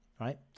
right